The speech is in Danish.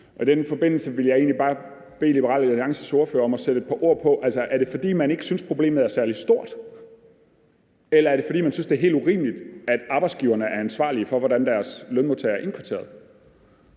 I den forbindelse ville jeg egentlig bare bede Liberal Alliances ordfører om at sætte et par ord på det. Altså, er det, fordi man ikke synes, problemet er særlig stort, eller er det, fordi man synes, det er helt urimeligt, at arbejdsgiverne er ansvarlige for, hvordan deres lønmodtagere er indkvarteret?